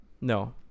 No